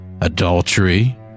adultery